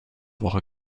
woche